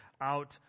out